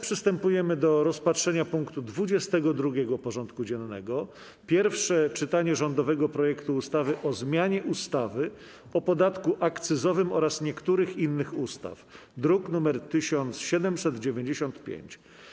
Przystępujemy do rozpatrzenia punktu 22. porządku dziennego: Pierwsze czytanie rządowego projektu ustawy o zmianie ustawy o podatku akcyzowym oraz niektórych innych ustaw (druk nr 1795)